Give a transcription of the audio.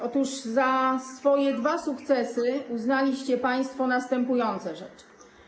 Otóż za swoje dwa sukcesy uznaliście państwo następujące rzeczy.